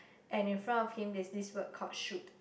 and in front of him there's this word called shoot